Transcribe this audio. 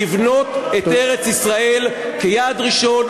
לבנות את ארץ-ישראל כיעד ראשון,